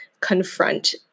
confront